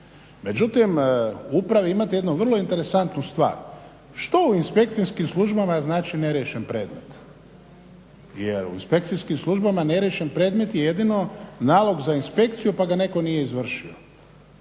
Međutim u upravi imate jednu vrlo interesantnu stvar, što u inspekcijskim službama znači neriješen predmet, jer u inspekcijskim službama neriješen predmet je jedino nalog za inspekciju pa ga netko nije izvršio.